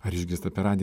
ar išgirsta per radiją